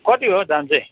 कति हो दाम चाहिँ